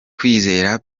kwizera